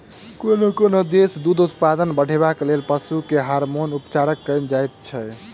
कोनो कोनो देश मे दूध उत्पादन बढ़ेबाक लेल पशु के हार्मोन उपचार कएल जाइत छै